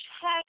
check